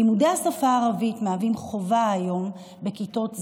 לימודי השפה הערבית מהווים חובה היום לכיתות ז',